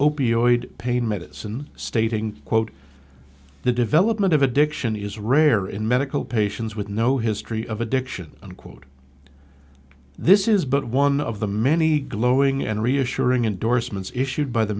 opioid pain medicine stating quote the development of addiction is rare in medical patients with no history of addiction unquote this is but one of the many glowing and reassuring indorsements issued by the